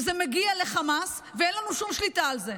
וזה מגיע לחמאס, ואין לנו שום שליטה על זה.